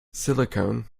silicon